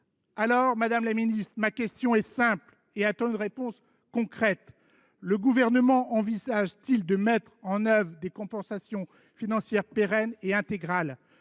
moi. Dès lors, ma question est simple et appelle une réponse concrète : le Gouvernement envisage t il de mettre en œuvre des compensations financières pérennes et intégrales ?